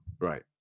Right